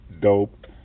dope